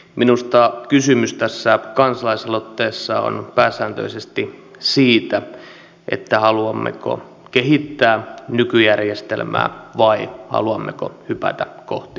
minusta kysymys tässä kansalaisaloitteessa on pääsääntöisesti siitä haluammeko kehittää nykyjärjestelmää vai haluammeko hypätä kohti tuntematonta